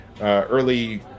early